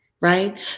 right